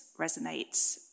resonates